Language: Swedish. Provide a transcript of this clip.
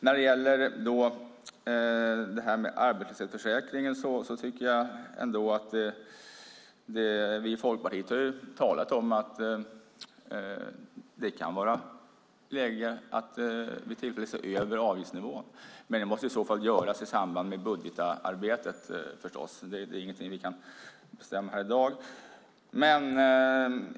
När det gäller arbetslöshetsförsäkringen tycker jag ändå att vi i Folkpartiet har talat om att det kan vara läge att vid tillfälle se över avgiftsnivån. Men det måste i så fall göras i samband med budgetarbetet. Det är ingenting vi kan bestämma här i dag.